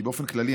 כי באופן כללי,